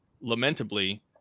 lamentably